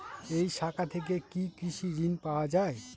এই শাখা থেকে কি কৃষি ঋণ পাওয়া যায়?